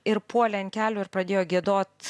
ir puolė ant kelių ir pradėjo giedot